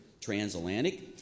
transatlantic